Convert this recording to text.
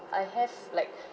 I have like